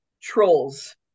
Trolls